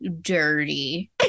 dirty